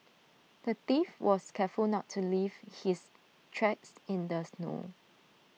the thief was careful not to leave his tracks in the snow